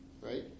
right